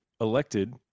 elected